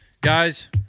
guys